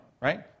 right